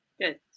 Good